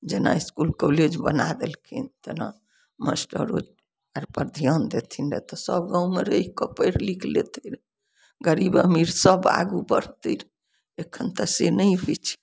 जेना school college बना देलखिन तेना मास्टरो सबपर ध्यान देथिन तऽ सब गाँवमे रहिकऽ पढ़ि लीखि लेतै रए गरीब अमीर सब आगू बढ़तै एखन तऽ से नहि होइ छै